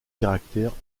caractère